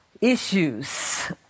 issues